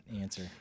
answer